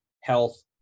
health